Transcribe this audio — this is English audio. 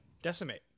decimate